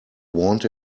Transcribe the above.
want